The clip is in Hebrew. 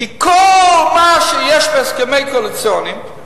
שכל מה שיש בהסכמים קואליציוניים,